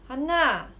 !hannar!